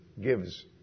gives